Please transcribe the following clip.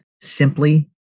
simply